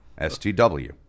STW